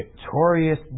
victorious